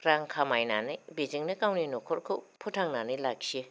रां खामायनानै बेजोंनो गावनि नखरखौ फोथांनानै लाखियो